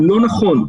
לא נכון.